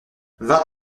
vas